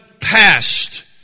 passed